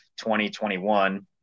2021